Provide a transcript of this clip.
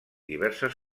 diverses